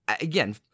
again